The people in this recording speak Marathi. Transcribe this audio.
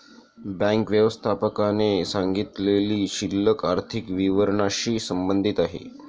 बँक व्यवस्थापकाने सांगितलेली शिल्लक आर्थिक विवरणाशी संबंधित आहे